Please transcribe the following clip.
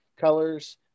colors